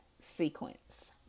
Sequence